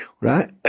Right